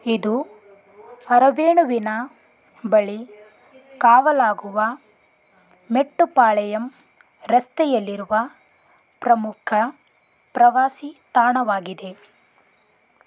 ಇದು ಅರವೇಣುವಿನ ಬಳಿ ಕವಲಾಗುವ ಮೆಟ್ಟುಪಾಳೆಯಮ್ ರಸ್ತೆಯಲ್ಲಿರುವ ಪ್ರಮುಖ ಪ್ರವಾಸಿ ತಾಣವಾಗಿದೆ